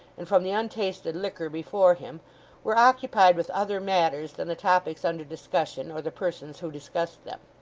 and from the untasted liquor before him were occupied with other matters than the topics under discussion or the persons who discussed them.